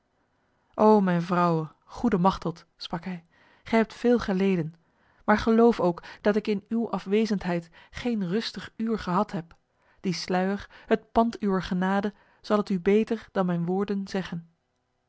o mijn vrouwe goede machteld sprak hij gij hebt veel geleden maar geloof ook dat ik in uw afwezendheid geen rustig uur gehad heb die sluier het pand uwer genade zal het u beter dan mijn woorden zeggen